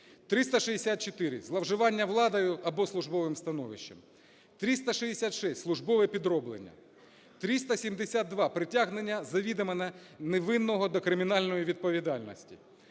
364 – зловживання владою або службовим становищем"; 366 – службове підроблення; 372 – притягнення завідомо невинного до кримінальної відповідальності;